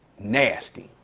nasty.